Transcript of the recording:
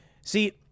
See